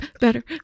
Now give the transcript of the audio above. better